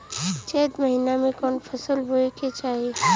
चैत महीना में कवन फशल बोए के चाही?